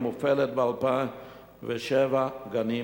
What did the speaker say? המופעלת ב-1,076 גנים,